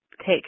take